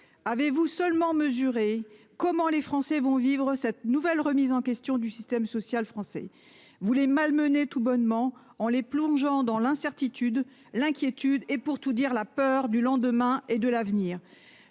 Avez-vous seulement mesurer comment les Français vont vivre cette nouvelle remise en question du système social français. Vous voulez malmener tout bonnement en les plongeant dans l'incertitude. L'inquiétude et pour tout dire la peur du lendemain et de l'avenir